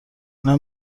اونم